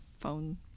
phone